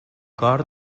cor